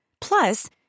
Plus